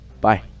Bye